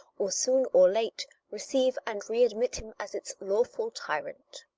or soon or late, receive and readmit him as its lawful tyrant.